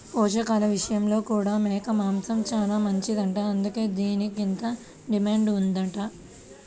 పోషకాల విషయంలో కూడా మేక మాంసం చానా మంచిదంట, అందుకే దానికంత డిమాండ్ ఉందంట